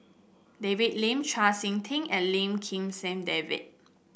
David Lim Chau SiK Ting and Lim Kim San David